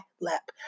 lap